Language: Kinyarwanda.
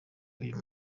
uyu